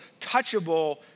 touchable